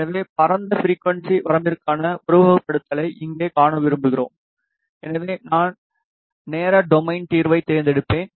எனவே பரந்த ஃபிரிக்குவன்ஸி வரம்பிற்கான உருவகப்படுத்துதலை இங்கே காண விரும்புகிறோம் எனவே நான் நேர டொமைன் தீர்வைத் தேர்ந்தெடுப்பேன்